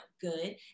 good